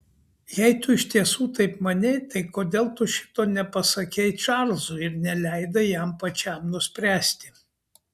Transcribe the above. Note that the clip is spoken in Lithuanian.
jei tu iš tiesų taip manei tai kodėl tu šito nepasakei čarlzui ir neleidai jam pačiam nuspręsti